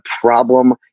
problem